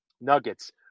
Nuggets